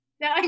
Now